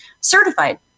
certified